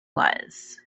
was